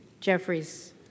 Jeffries